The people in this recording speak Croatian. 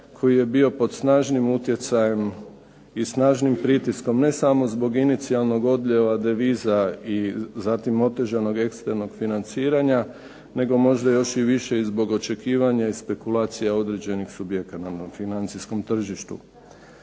koji je bio pod snažnim utjecajem i snažnim pritiskom ne samo zbog inicijalnog odlijeva deviza i zatim otežanog eksternog financiranja nego možda još i više i zbog očekivanja i spekulacija određenih subjekata na financijskom tržištu.